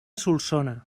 solsona